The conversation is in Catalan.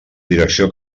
direcció